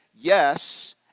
yes